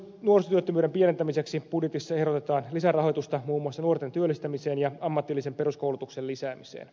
nuorisotyöttömyyden pienentämiseksi budjetissa ehdotetaan lisärahoitusta muun muassa nuorten työllistämiseen ja ammatillisen peruskoulutuksen lisäämiseen